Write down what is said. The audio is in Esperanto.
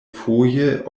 foje